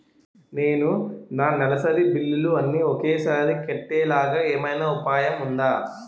నేను నా నెలసరి బిల్లులు అన్ని ఒకేసారి కట్టేలాగా ఏమైనా ఉపాయం ఉందా?